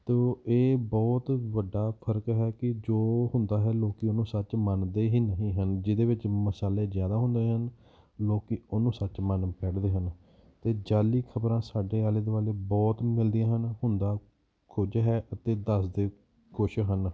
ਅਤੇ ਇਹ ਬਹੁਤ ਵੱਡਾ ਫਰਕ ਹੈ ਕਿ ਜੋ ਹੁੰਦਾ ਹੈ ਲੋਕ ਉਸਨੂੰ ਸੱਚ ਮੰਨਦੇ ਹੀ ਨਹੀਂ ਹਨ ਜਿਹਦੇ ਵਿੱਚ ਮਸਾਲੇ ਜ਼ਿਆਦਾ ਹੁੰਦੇ ਹਨ ਲੋਕ ਉਹਨੂੰ ਸੱਚ ਮੰਨ ਬੈਠਦੇ ਹਨ ਅਤੇ ਜਾਅਲੀ ਖਬਰਾਂ ਸਾਡੇ ਆਲੇ ਦੁਆਲ਼ੇ ਬਹੁਤ ਮਿਲਦੀਆਂ ਹਨ ਹੁੰਦਾ ਕੁਝ ਹੈ ਅਤੇ ਦੱਸਦੇ ਕੁਛ ਹਨ